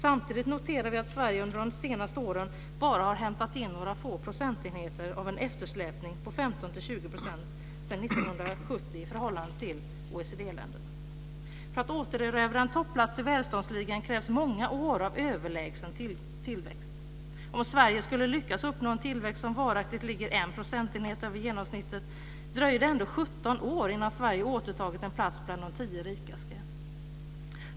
Samtidigt noterar vi att Sverige under de senaste åren bara har hämtat in några få procentenheter av en eftersläpning på 15 För att återerövra en topplats i välståndsligan krävs många år av överlägsen tillväxt. Om Sverige skulle lyckas uppnå en tillväxt som varaktigt ligger en procentenhet över genomsnittet, dröjer det ändå 17 år innan Sverige återtagit en plats bland de tio rikaste.